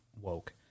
woke